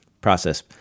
process